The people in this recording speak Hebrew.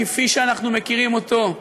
כפי שאנחנו מכירים אותו,